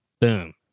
Boom